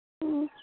ꯑꯣ